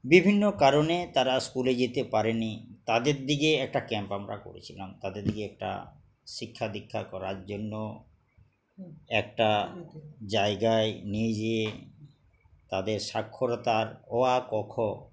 বিভিন্ন কারণে তারা স্কুলে যেতে পারেন তাদের দিকে একটা ক্যাম্প আমরা করেছিলাম তাদের দিকে একটা শিক্ষা দীক্ষা করার জন্য একটা জায়গায় নিয়ে যেয়ে তাদের স্বাক্ষরতার অ আ ক খ